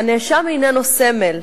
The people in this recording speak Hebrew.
"הנאשם הינו סמל.